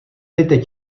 dejte